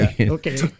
Okay